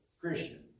Christian